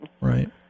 Right